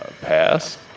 Pass